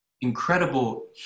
incredible